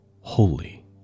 holy